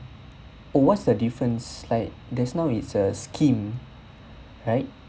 oh what's the difference like there's now it's a scheme right